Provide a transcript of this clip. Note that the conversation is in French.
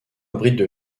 abrite